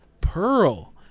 Pearl